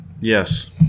Yes